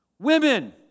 Women